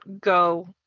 go